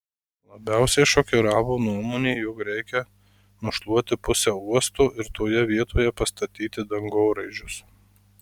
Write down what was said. labiausiai šokiravo nuomonė jog reikia nušluoti pusę uosto ir toje vietoje pastatyti dangoraižius